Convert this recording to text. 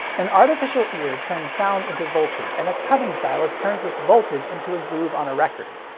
an artificial ear turns sounds into voltage, and a cutting stylus turns this voltage into a groove on a record.